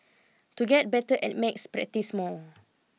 to get better at math practise more